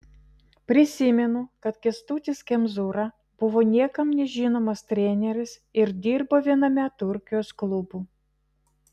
prisimenu kad kęstutis kemzūra buvo niekam nežinomas treneris ir dirbo viename turkijos klubų